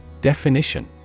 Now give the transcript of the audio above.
Definition